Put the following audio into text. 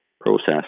process